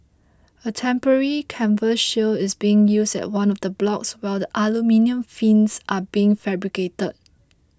a temporary canvas shield is being used at one of the blocks while the aluminium fins are being fabricated